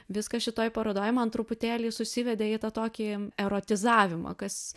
viskas šitoj parodoj man truputėlį susivedė į tokį erotizavimą kas